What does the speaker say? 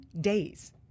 days